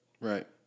Right